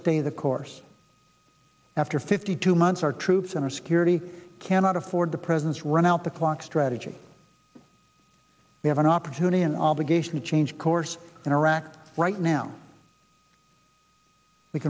stay the course after fifty two months our troops and our security cannot afford the presence run out the clock strategy we have an opportunity an obligation to change course in iraq right now we